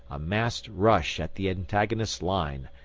a massed rush at the antagonist's line,